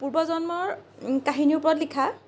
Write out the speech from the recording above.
পূৰ্বজন্মৰ কাহিনীৰ ওপৰত লিখা